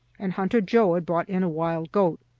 and hunter joe had brought in a wild goat.